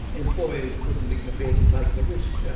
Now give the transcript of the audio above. employees wouldn't be prepared to take the risk. yeah